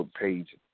page